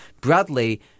Bradley